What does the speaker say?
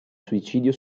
suicidio